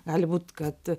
gali būt kad